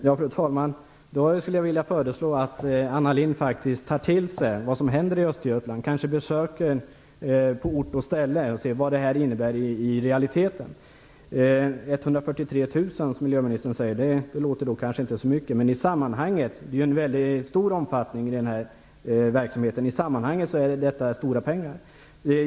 Fru talman! Jag skulle då vilja föreslå att Anna Lindh faktiskt tar till sig vad som händer i Östergötland och kanske gör ett besök på ort och ställe för att se vad det här innebär i realiteten. 143 000 kr, som miljöministern säger, låter kanske inte så mycket. I sammanhanget - det är stor omfattning på den här verksamheten - är det stora pengar.